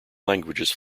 languages